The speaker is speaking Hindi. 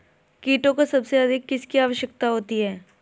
कीटों को सबसे अधिक किसकी आवश्यकता होती है?